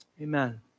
Amen